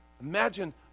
Imagine